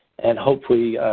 and hopefully,